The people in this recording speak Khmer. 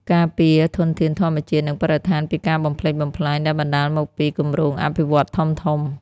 ការពារធនធានធម្មជាតិ និងបរិស្ថានពីការបំផ្លិចបំផ្លាញដែលបណ្តាលមកពីគម្រោងអភិវឌ្ឍន៍ធំៗ។